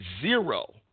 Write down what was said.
zero